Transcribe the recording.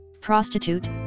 prostitute